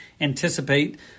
anticipate